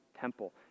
temple